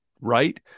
right